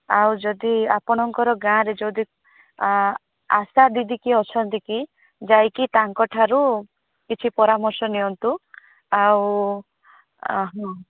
ଆଉ ଯଦି ଆପଣଙ୍କର ଗାଁରେ ଯଦି ଆଶା ଦିଦି କିଏ ଅଛନ୍ତି କି ଯାଇକି ତାଙ୍କଠାରୁ କିଛି ପରାମର୍ଶ ନିଅନ୍ତୁ ଆଉ